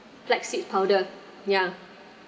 seed powder ya